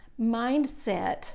mindset